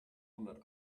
hundert